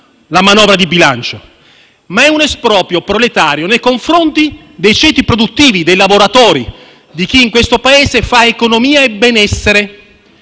la manovra di bilancio. Ma è un esproprio proletario nei confronti dei ceti produttivi, dei lavoratori e di chi in questo Paese fa economia e benessere